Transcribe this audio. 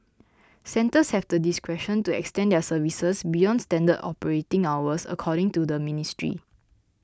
centres have the discretion to extend their services beyond standard operating hours according to the ministry